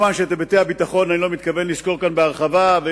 מובן שאני לא מתכוון לסקור כאן בהרחבה את היבטי הביטחון,